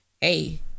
hey